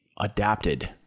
adapted